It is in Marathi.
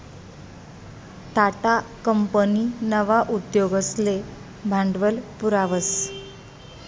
टाटा कंपनी नवा उद्योगसले भांडवल पुरावस